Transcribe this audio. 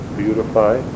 beautify